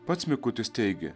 pats mikutis teigia